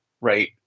right